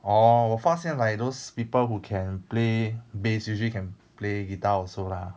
orh 我发现 like those people who can play bass usually can play guitar also lah